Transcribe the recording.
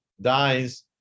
dies